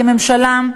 כממשלה,